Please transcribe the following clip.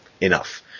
enough